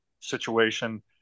situation